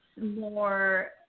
more